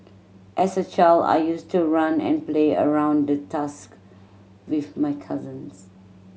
as a child I used to run and play around the tusk with my cousins